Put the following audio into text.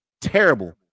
terrible